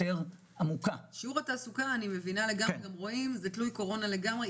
שיעור התעסוקה תלוי קורונה לגמרי,